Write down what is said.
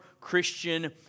Christian